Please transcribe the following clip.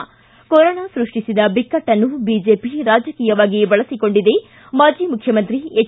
ಿ ಕೊರೊನಾ ಸ್ಕಷ್ಟಿಸಿದ ಬಿಕ್ಕಟ್ಟನ್ನು ಬಿಜೆಪಿ ರಾಜಕೀಯವಾಗಿ ಬಳಸಿಕೊಂಡಿದೆ ಮಾಜಿ ಮುಖ್ಯಮಂತ್ರಿ ಎಚ್